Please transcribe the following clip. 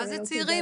מה זה צעירים?